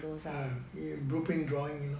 ah blueprint drawing you know